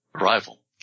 arrival